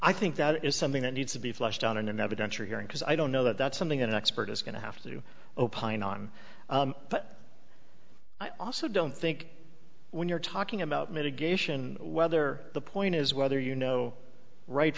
i think that is something that needs to be flushed down and evidence or hearing because i don't know that that's something that an expert is going to have to opine on but i also don't think when you're talking about mitigation whether the point is whether you know right